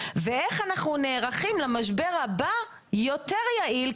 ואיך אנחנו נערכים למשבר הבא בצורה יותר יעילה,